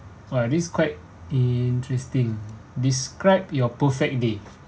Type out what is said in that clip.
!wah! this quite interesting describe your perfect day